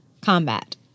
combat